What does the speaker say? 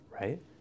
right